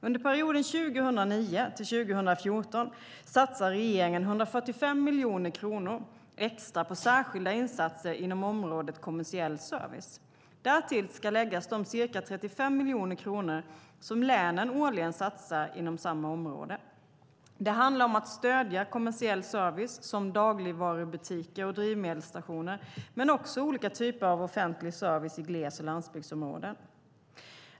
Under perioden 2009-2014 satsar regeringen 145 miljoner kronor extra på särskilda insatser inom området kommersiell service. Därtill ska läggas de ca 35 miljoner kronor som länen årligen satsar inom samma område. Det handlar om att stödja kommersiell service såsom dagligvarubutiker och drivmedelsstationer men också olika typer av offentlig service i gles och landsbygdsområden.